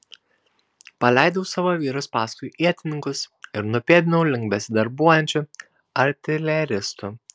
paleidau savo vyrus paskui ietininkus ir nupėdinau link besidarbuojančių artileristų